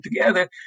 together